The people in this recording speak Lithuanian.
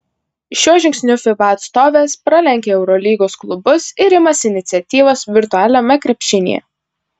šiuo žingsniu fiba atstovės pralenkia eurolygos klubus ir imasi iniciatyvos virtualiame krepšinyje